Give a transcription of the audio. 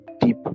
deep